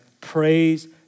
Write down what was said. Praise